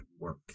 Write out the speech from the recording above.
work